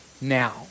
now